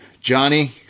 johnny